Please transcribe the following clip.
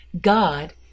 God